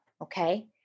okay